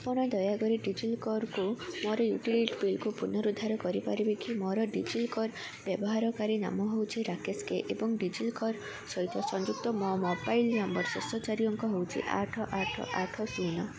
ଆପଣ ଦୟାକରି ଡିଜିଲକର୍କୁ ମୋର ୟୁଟିଲିଟି ବିଲ୍କୁ ପୁନରୁଦ୍ଧାର କରିପାରିବେ କି ମୋର ଡିଜିଲକର୍ ବ୍ୟବହାରକାରୀ ନାମ ହେଉଛି ରାକେଶ କେ ଏବଂ ଡିଜିଲକର୍ ସହିତ ସଂଯୁକ୍ତ ମୋ ମୋବାଇଲ୍ ନମ୍ବର୍ର ଶେଷ ଚାରି ଅଙ୍କ ହେଉଛି ଆଠ ଆଠ ଆଠ ଶୂନ